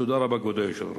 תודה רבה, כבוד היושב-ראש.